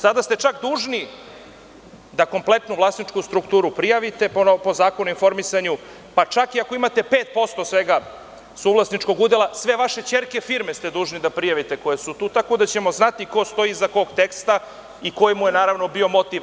Sada ste čak dužni da kompletnu vlasničku strukturu prijavite po Zakonu o informisanju, pa čak i ako imate 5% svega suvlasničkog udela, sve vaše ćerke firme ste dužni da prijavite koje su tu, tako da ćemo znati ko stoji iza kog teksta i koji mu je bio motiv.